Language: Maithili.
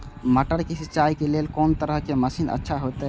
मटर के सिंचाई के लेल कोन तरह के मशीन अच्छा होते?